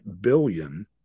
billion